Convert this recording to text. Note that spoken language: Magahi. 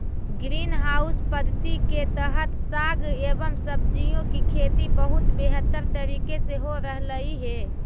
ग्रीन हाउस पद्धति के तहत साग एवं सब्जियों की खेती बहुत बेहतर तरीके से हो रहलइ हे